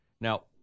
Now